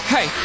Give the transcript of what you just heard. Hey